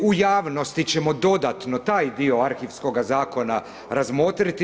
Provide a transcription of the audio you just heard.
U javnosti ćemo dodatno taj dio arhivskoga zakona razmotriti.